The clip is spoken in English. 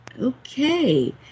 Okay